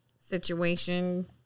situation